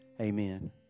amen